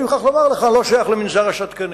אני חייב לומר לך: אני לא שייך למנזר השתקנים,